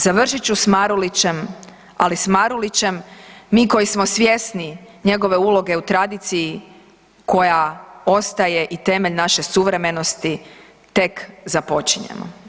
Završit ću s Marulićem, ali s Marulićem mi koji smo svjesni njegove uloge u tradiciji koja ostaje i temelj naše suvremenosti tek započinjemo.